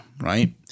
right